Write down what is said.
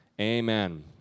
Amen